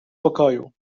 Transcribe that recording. pokoju